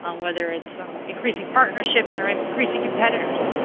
um whether it's increasing partnerships or increasing competitors.